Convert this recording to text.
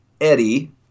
Eddie